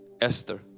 Esther